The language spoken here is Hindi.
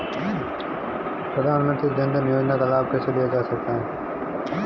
प्रधानमंत्री जनधन योजना का लाभ कैसे लिया जा सकता है?